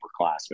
upperclassmen